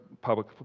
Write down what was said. public